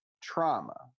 trauma